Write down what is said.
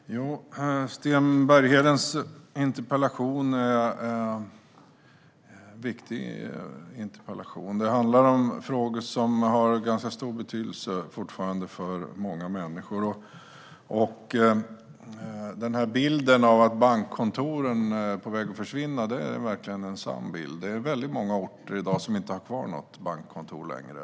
Fru talman! Sten Berghedens interpellation är viktig. Den handlar om frågor som fortfarande har stor betydelse för många människor. Bilden av att bankkontoren är på väg att försvinna är verkligen en sann bild. Det är väldigt många orter som inte har kvar något bankkontor längre.